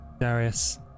Darius